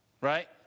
Right